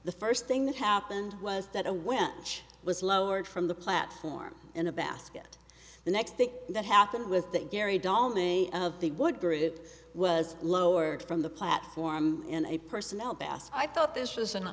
the first thing that happened was that a winch was lowered from the platform in a basket the next thing that happened with that gary dolly of the wood group was lowered from the platform in a personnel bass i thought this was an